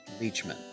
Leachman